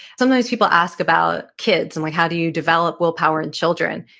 sometimes people ask about kids and like how do you develop willpower in children.